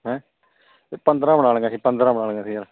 ਹੈਂ ਇਹ ਪੰਦਰਾਂ ਬਣਾ ਲਈਆਂ ਸੀ ਪੰਦਰਾਂ ਬਣਾ ਲਈਆਂ ਸੀ ਯਾਰ